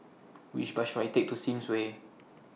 Which Bus should I Take to Sims Way